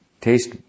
taste